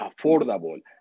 affordable